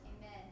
Amen